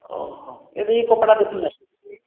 ଓହୋ ଏବେ ଇ କପ୍ଡ଼ା ଦେଖୁନ୍